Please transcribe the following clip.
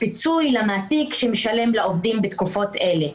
פיצוי למעסיק שמשלם לעובדים בתקופות אלה.